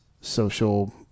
social